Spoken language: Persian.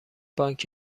بانک